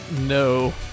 no